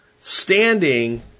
standing